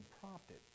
prompted